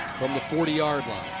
from the forty yard line.